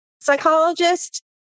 psychologist